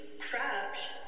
crabs